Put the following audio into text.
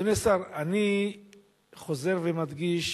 אדוני השר, אני חוזר ומדגיש